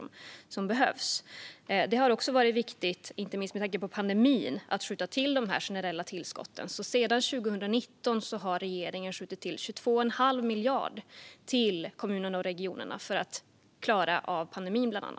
Det har också varit viktigt, inte minst med tanke på pandemin, att skjuta till dessa generella tillskott. Sedan 2019 har regeringen skjutit till 22 1⁄2 miljard kronor till kommunerna och regionerna för att de ska klara av bland annat pandemin.